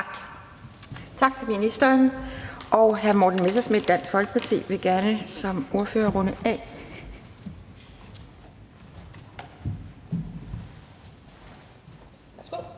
Tak. Tak til ministeren. Hr. Morten Messerschmidt, Dansk Folkeparti, vil gerne som ordfører for